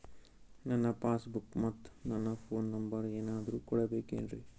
ನನ್ನ passbook ಮತ್ ನನ್ನ ಫೋನ್ ನಂಬರ್ ಏನಾದ್ರು ಕೊಡಬೇಕೆನ್ರಿ?